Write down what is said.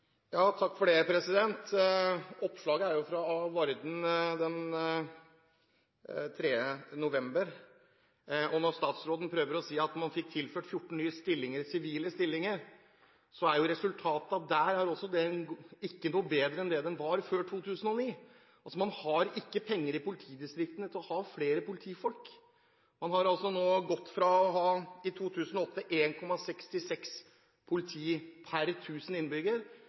Oppslaget er fra Varden den 3. november. Statsråden sier at man fikk tilført 14 nye sivile stillinger – resultatene der er jo ikke noe bedre enn det de var før 2009. Man har ikke penger i politidistriktene til å ha flere politifolk. Man har altså nå gått fra å ha 1,66 politi per 1 000 innbyggere i 2008 til i 2011 å ha 1,55. Det er jo stikk i strid med alle signaler som stortingsflertallet har gitt, hvor man altså skal opp på to politifolk per